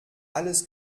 alles